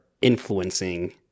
influencing